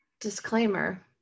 Disclaimer